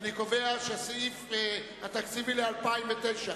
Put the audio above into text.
אני קובע שההסתייגות לא נתקבלה.